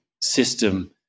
system